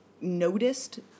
noticed